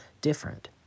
different